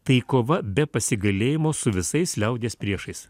tai kova be pasigailėjimo su visais liaudies priešais